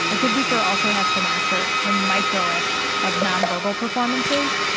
a good looper also has to master the microest of non-verbal performances.